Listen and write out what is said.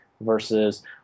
Versus